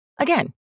Again